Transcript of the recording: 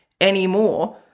anymore